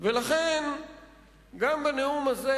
ולכן גם בנאום הזה,